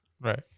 Right